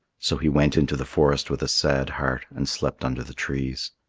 so he went into the forest with a sad heart and slept under the trees.